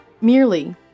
merely